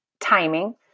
timing